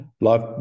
life